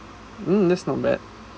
hmm that's not bad